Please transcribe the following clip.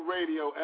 Radio